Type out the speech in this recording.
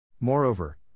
Moreover